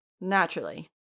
naturally